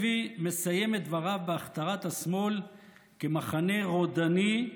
לוי מסיים את דבריו בהכתרת השמאל כמחנה רודני,